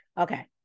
Okay